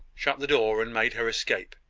shut the door, and made her escape.